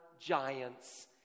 giants